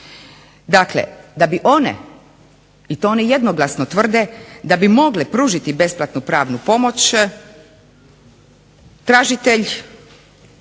Dakle, da bi one i to one jednoglasno tvrde, da bi mogle pružiti besplatnu pravnu pomoć tražitelj,